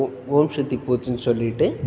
ஓ ஓம் சக்தி பூஜைன்னு சொல்லிவிட்டு